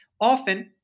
often